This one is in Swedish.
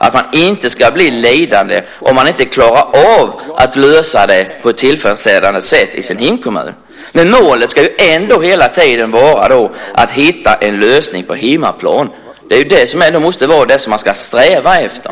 De ska inte bli lidande om man inte klarar av att lösa det på ett tillfredsställande sätt i hemkommunen. Men målet ska ändå hela tiden vara att hitta en lösning på hemmaplan. Det måste ändå vara det som man ska sträva efter.